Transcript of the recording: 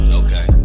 okay